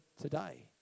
today